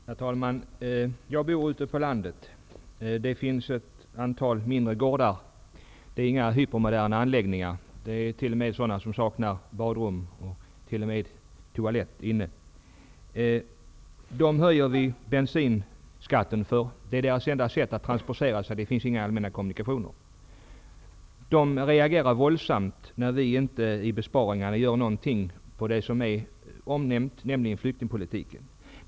Herr talman! Jag bor ute på landet. Det finns ett antal mindre gårdar där. Det är inte några hypermoderna anläggningar. Det finns t.o.m. sådana som saknar badrum och toalett inne. För dessa människor höjer vi bensinskatten. Bilen är deras enda sätt att transportera sig, eftersom det inte finns några allmänna kommunikationer. Dessa människor reagerar våldsamt när vi inte gör några besparingar inom flyktingpolitiken.